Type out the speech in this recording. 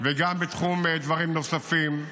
וגם בדברים נוספים.